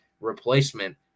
replacement